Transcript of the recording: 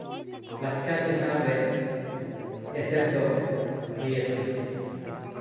ᱞᱟᱠᱪᱟᱨ ᱪᱮᱛᱟᱱ ᱨᱮ ᱮᱥᱮᱨ ᱫᱚ ᱦᱩᱭᱟᱠᱟᱱᱟ